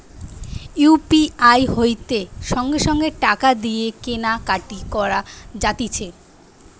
UPI হইতে সঙ্গে সঙ্গে টাকা দিয়ে কেনা কাটি করা যাতিছে